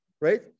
Right